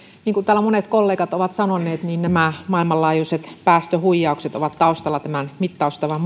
niin kuin täällä monet kollegat ovat sanoneet nämä maailmanlaajuiset päästöhuijaukset ovat tämän mittaustavan